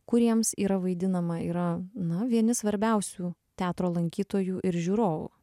kuriems yra vaidinama yra na vieni svarbiausių teatro lankytojų ir žiūrovų